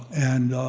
and